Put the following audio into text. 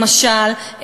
למשל,